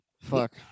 fuck